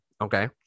okay